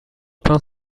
peint